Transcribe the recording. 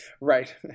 right